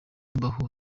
mbaho